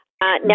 Now